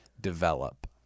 develop